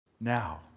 Now